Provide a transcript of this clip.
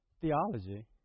theology